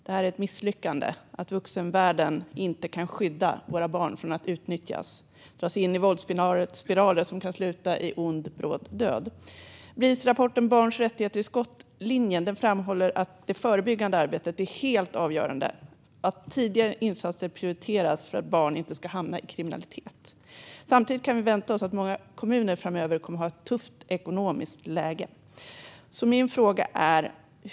Det är ett misslyckande att vuxenvärlden inte kan skydda våra barn från att utnyttjas och dras in i våldsspiraler som kan sluta i ond, bråd död. I Bris rapport Barns rättigheter i skottlinjen framhålls att det förebyggande arbetet är helt avgörande och att tidigare insatser bör prioriteras för att barn inte ska hamna i kriminalitet. Samtidigt kan vi vänta oss att många kommuner framöver kommer att ha ett tufft ekonomiskt läge.